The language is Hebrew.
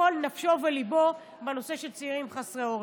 שכל נפשו וליבו בנושא של צעירים חסרי עורף.